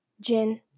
Jin